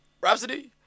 Rhapsody